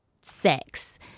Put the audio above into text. sex